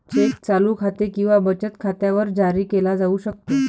check चालू खाते किंवा बचत खात्यावर जारी केला जाऊ शकतो